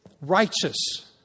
righteous